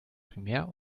primär